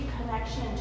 connection